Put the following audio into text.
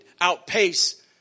outpace